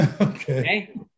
okay